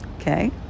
okay